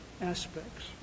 aspects